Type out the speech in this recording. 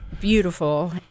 beautiful